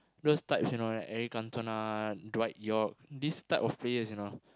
those types you know like Eric-Cantona right these types of players you know